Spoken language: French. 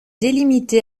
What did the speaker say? délimité